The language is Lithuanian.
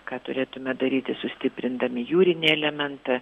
ką turėtume daryti sustiprindami jūrinį elementą